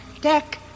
Deck